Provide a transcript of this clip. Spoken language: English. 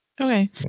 Okay